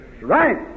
Right